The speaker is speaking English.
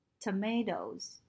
tomatoes